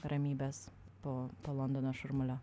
ramybės po to londono šurmulio